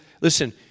listen